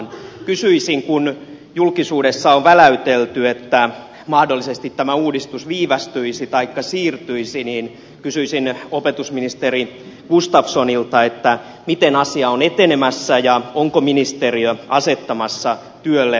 kysyisin opetusministeri gustafssonilta kun julkisuudessa on väläytelty että mahdollisesti tämä uudistus viivästyisi taikka siirtyisi miten asia on etenemässä ja onko ministeriö asettamassa työlle valmistelutyöryhmää